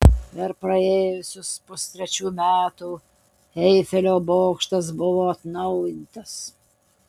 per praėjusius pustrečių metų eifelio bokštas buvo atnaujintas